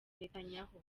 netanyahu